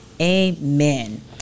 Amen